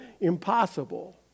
impossible